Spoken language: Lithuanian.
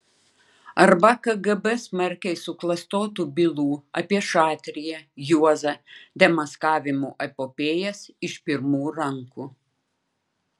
arba kgb smarkiai suklastotų bylų apie šatriją juozą demaskavimų epopėjas iš pirmų rankų